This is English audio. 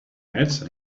hats